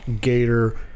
gator